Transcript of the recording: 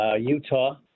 Utah